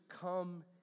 come